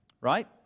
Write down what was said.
Right